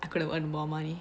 I could have earn more money